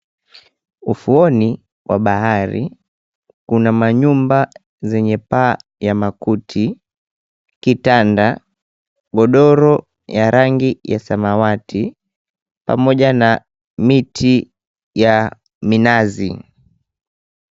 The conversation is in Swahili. Ufuoni wa bahari kuna manyumba zenye paa ya makuti, kitanda, godoro ya rangi ya samawati pamoja na miti ya minazi.